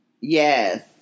Yes